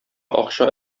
акча